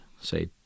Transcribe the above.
say